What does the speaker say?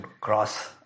cross